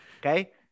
okay